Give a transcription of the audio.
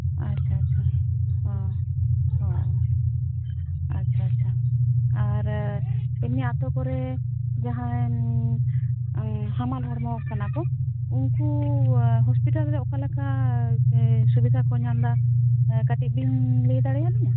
ᱟᱪᱪᱷᱟ ᱪᱷᱟ ᱚᱻ ᱚᱻ ᱟᱪᱪᱷᱟ ᱪᱷᱟ ᱟᱨ ᱮᱢᱱᱤ ᱟᱹᱛᱩ ᱠᱚᱨᱮ ᱡᱟᱦᱟᱸᱭ ᱦᱟᱢᱟᱞ ᱦᱚᱲᱢᱚᱣᱟᱠᱟᱱᱟ ᱠᱚ ᱩᱱᱩ ᱦᱚᱥᱯᱤᱴᱟᱞ ᱨᱮ ᱚᱠᱟᱞᱮᱠᱟ ᱥᱩᱵᱤᱛᱟ ᱠᱚ ᱧᱟᱢ ᱮᱫᱟ ᱠᱟᱹᱴᱤᱡ ᱵᱮᱱ ᱞᱟᱹᱭ ᱫᱟᱲᱭᱟᱞᱤᱧᱟ